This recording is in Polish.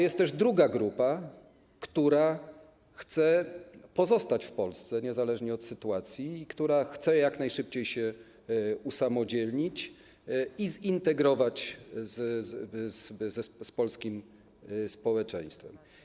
Jest też druga grupa, która chce pozostać w Polsce niezależnie od sytuacji i która chce jak najszybciej się usamodzielnić i zintegrować z polskim społeczeństwem.